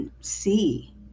see